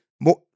more